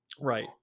Right